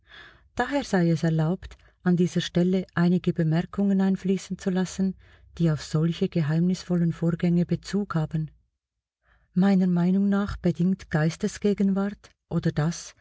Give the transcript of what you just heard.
daher sei es erlaubt an dieser stelle einige bemerkungen einfließen zu lassen die auf solche geheimnisvollen vorgänge bezug haben meiner meinung nach bedingt geistesgegenwart oder das